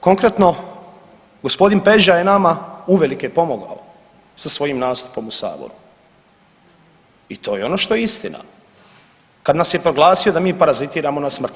Konkretno gospodin Peđa je nama uvelike pomogao sa svojim nastupom u saboru i to je ono što istina kad nas je proglasio da mi parazitiramo na smrti.